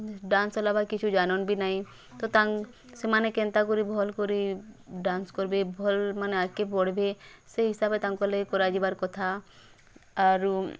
dance ଆଲାବା କିଛୁ ଜାନୁନ୍ ବି ନାଇଁ ତ ତାଙ୍କ ସେମାନେ କେନ୍ତା କରି ବଲ୍ କରି ଡ଼୍ୟାନ୍ସ କର୍ବେ ମାନେ ଭଲ୍ ମାନେ ଆଗ୍କେ ବଢ଼୍ବେ ସେ ହିସାବରେ ତାଙ୍କର୍ ଲାଗି କରାଯିବାର୍ କଥା ଆରୁ